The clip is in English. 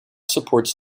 supports